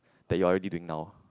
that you're already doing now